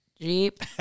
Jeep